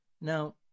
Now